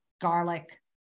garlic